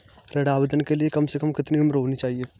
ऋण आवेदन के लिए कम से कम कितनी उम्र होनी चाहिए?